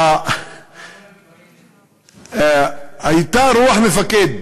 אתה אומר דברים, הייתה רוח מפקד.